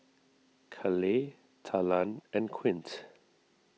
Caleigh Talan and Quint